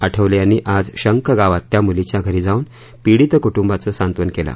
आठवले यांनी आज शंक गावात त्या मुलीच्या घरी जाऊन पीडित कुटुंबाचं सांत्वन केलं